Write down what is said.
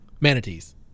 Manatees